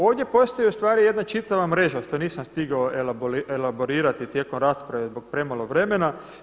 Ovdje postoji ustvari jedna čitava mreža što nisam stigao elaborirati tijekom rasprave zbog premalo vremena.